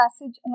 passage